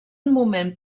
moment